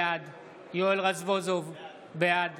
בעד יואל רזבוזוב, בעד